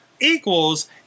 equals